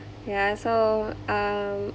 yeah so um